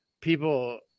people